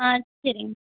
ஆ சரிங்க